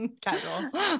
Casual